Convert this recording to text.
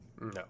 no